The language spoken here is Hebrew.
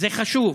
זה חשוב.